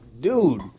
dude